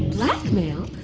blackmail?